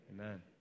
Amen